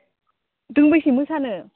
दोंबेसे मोसानो